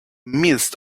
midst